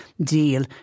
deal